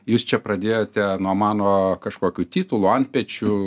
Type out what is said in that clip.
jūs čia pradėjote nuo mano kažkokių titulų antpečių